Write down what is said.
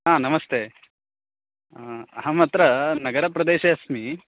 हा नमस्ते अहम् अत्र नगरप्रदेशे अस्मि